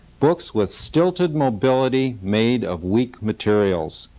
books with stilted mobility made of weak materials.